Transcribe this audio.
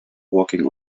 walking